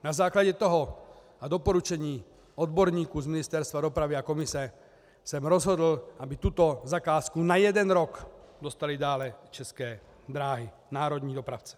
Na základě toho a doporučení odborníků z Ministerstva dopravy a komise jsem rozhodl, aby tuto zakázku na jeden rok dostaly dále České dráhy, národní dopravce.